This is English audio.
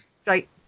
straight